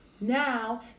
now